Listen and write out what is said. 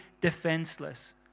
defenseless